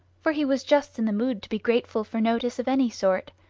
for he was just in the mood to be grateful for notice of any sort,